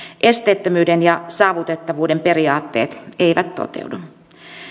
esteettömyyden ja saavutettavuuden periaatteet eivät toteudu